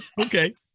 okay